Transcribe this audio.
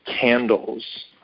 candles